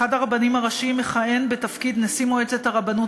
אחד הרבנים הראשיים מכהן בתפקיד נשיא מועצת הרבנות